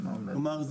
כלומר,